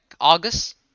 august